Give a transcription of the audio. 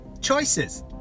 choices